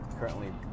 currently